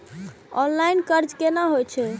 Online कर्ज केना होई छै?